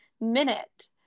minute